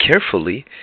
carefully